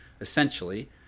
essentially